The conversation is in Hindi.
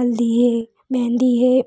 हल्दी है मेहंदी है